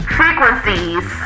frequencies